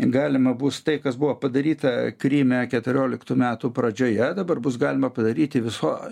galima bus tai kas buvo padaryta kryme keturioliktų metų pradžioje dabar bus galima padaryti viso